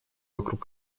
вокруг